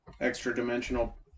extra-dimensional